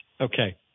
Okay